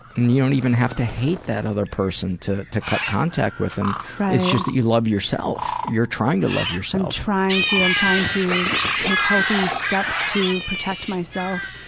you don't even have to hate that other person to to cut contact with them. it's just that you love yourself. you're trying to love yourself. i'm trying to. i'm trying to take healthy steps to protect myself.